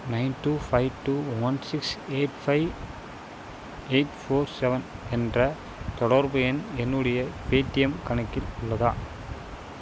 nine two five two one six eight five eight four seven என்ற தொடர்பு எண் என்னுடைய பேடீஎம் கணக்கில் உள்ளதா